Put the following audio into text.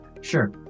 Sure